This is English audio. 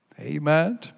Amen